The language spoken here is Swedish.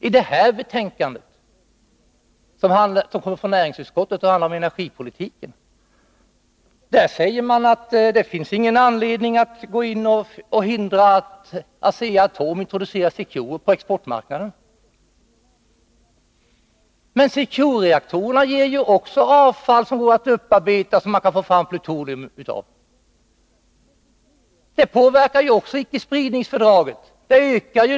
I näringsutskottets betänkande om energipolitiken säger man att det inte finns någon anledning att gå in och hindra Asea-Atom att introducera Secure på exportmarknaden. Men Securereaktorerna ger ju också avfall som det är möjligt att upparbeta så att man kan utvinna plutonium. Också det påverkar icke-spridningsfördraget.